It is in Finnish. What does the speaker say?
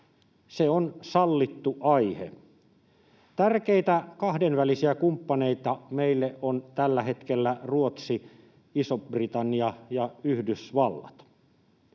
Se on sallittu aihe. Tärkeitä kahdenvälisiä kumppaneita meille ovat tällä hetkellä Ruotsi, Iso-Britannia ja Yhdysvallat.